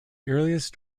earliest